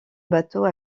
bateau